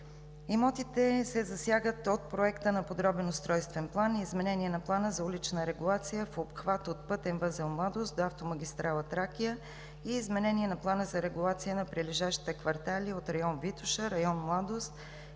Имотите се засягат от Проекта на подробен устройствен план, изменение на Плана за улична регулация в обхват от пътен възел „Младост“ до автомагистрала „Тракия“ и изменение на Плана за регулация на прилежащите квартали от район „Витоша“, район „Младост“